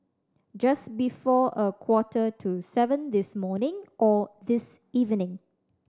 just before a quarter to seven this morning or this evening